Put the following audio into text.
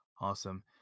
Awesome